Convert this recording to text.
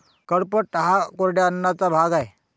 कडपह्नट हा कोरड्या अन्नाचा भाग आहे